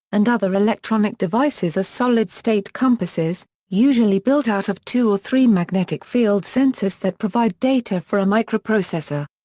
and other electronic devices are solid-state compasses, usually built out of two or three magnetic field sensors that provide data for a microprocessor.